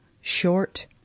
short